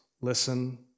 listen